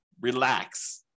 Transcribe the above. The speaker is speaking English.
relax